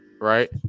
right